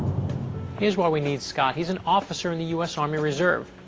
here's why we need scott, he's an officer in the u s. army reserve.